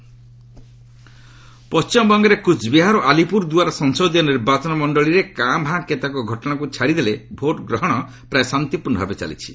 WB polling ପଣ୍ଟିମବଙ୍ଗରେ କୁଚ୍ବିହାର ଓ ଆଲିପୁରଦୁଆର ସଂସଦୀୟ ନିର୍ବାଚନ ମଣ୍ଡଳୀରେ କାଁ ଭାଁ କେତେକ ଘଟଣାକୁ ଛାଡ଼ିଦେଲେ ଭୋଟ୍ଗ୍ରହଣ ପ୍ରାୟ ଶାନ୍ତିପୂର୍୍ଣଭାବେ ଚାଲିଛି